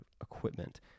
equipment